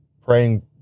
praying